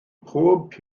pob